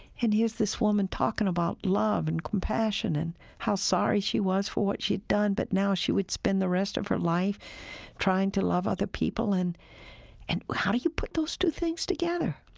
and here's this woman talking about love and compassion and how sorry she was for what she'd done, but now she would spend the rest of her life trying to love other people. and how how do you put those two things together?